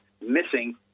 missing